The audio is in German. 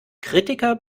kritiker